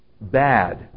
bad